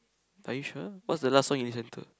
are you sure what's the last song you listen to